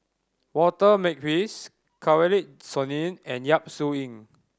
Walter Makepeace Kanwaljit Soin and Yap Su Yin